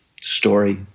story